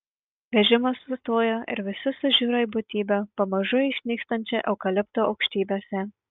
vežimas sustojo ir visi sužiuro į būtybę pamažu išnykstančią eukalipto aukštybėse